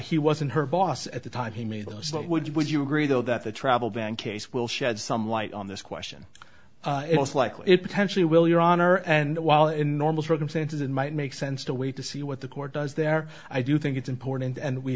he wasn't her boss at the time he made those what would you would you agree though that the travel ban case will shed some light on this question most likely it potentially will your honor and while in normal circumstances it might make sense to wait to see what the court does there i do think it's important and we